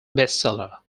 bestseller